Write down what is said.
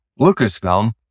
Lucasfilm